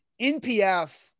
NPF